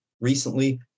recently